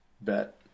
bet